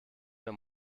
mehr